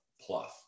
plus